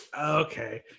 okay